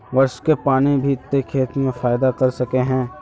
वर्षा के पानी भी ते खेत में फायदा कर सके है?